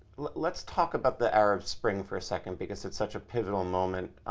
let's talk about the arab spring for a second because it's such a pivotal moment.